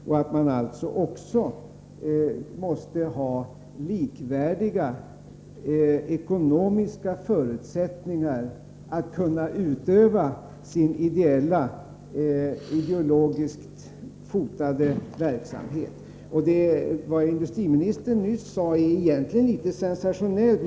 Det måste alltså även finnas likvärdiga ekonomiska förutsättningar att utöva sin ideella ideologiskt fotade verksamhet. Vad industriministern nyss sade är egentligen litet sensationellt.